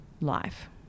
life